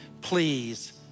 please